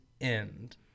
end